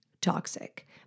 Toxic